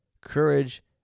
courage